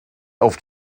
auf